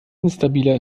instabiler